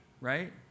Right